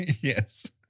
Yes